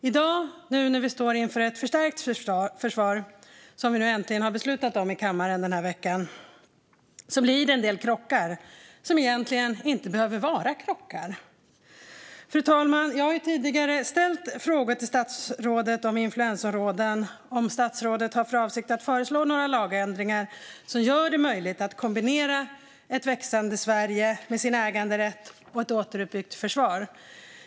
I dag, när vi står inför ett förstärkt försvar, som vi nu äntligen har beslutat om i kammaren den här veckan, blir det en del krockar som egentligen inte behöver vara krockar. Fru talman! Jag har tidigare ställt frågor till statsrådet om influensområden, om statsrådet har för avsikt att föreslå några lagförändringar som gör det möjligt att kombinera ett växande Sverige med äganderätt och ett återuppbyggt försvar.